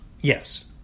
Yes